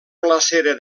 glacera